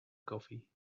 coffee